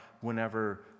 whenever